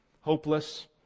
hopeless